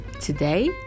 today